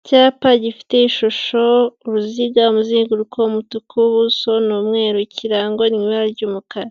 Icyapa gifite ishusho uruziga, umuzenguruko, umutuku, ubuso ni umweru, ikirango ni ibara ry'umukara,